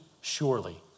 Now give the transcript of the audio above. surely